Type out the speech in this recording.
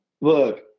look